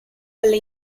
alle